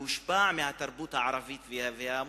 במדינות ערב, והושפע מהתרבות הערבית והמוסלמית.